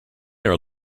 are